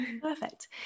perfect